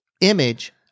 image